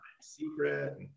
secret